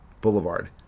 Boulevard